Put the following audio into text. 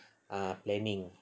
ah planning